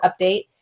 update